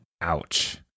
Ouch